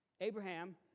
Abraham